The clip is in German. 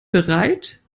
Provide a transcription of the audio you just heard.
bereit